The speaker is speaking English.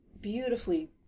beautifully